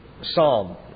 psalm